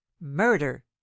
murder